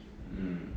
mm